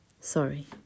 Sorry